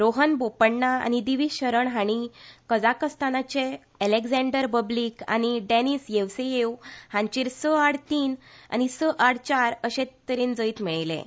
रोहन बोपण्णा आनी दिवीज शरण हांणी कझाकस्थानाचे अलॅक्झांडर बबलीक आनी डॅनिस येवसेयेव हांचेर स आड तीन आनी स आड चार अशे तरेन जैत मेळयलें